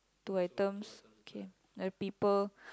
two items K now people